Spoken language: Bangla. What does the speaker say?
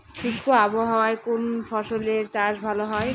শুষ্ক আবহাওয়ায় কোন ফসলের চাষ ভালো হয়?